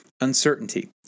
uncertainty